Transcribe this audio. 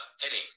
Heading